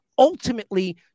Ultimately